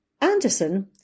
Anderson